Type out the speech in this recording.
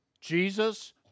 Jesus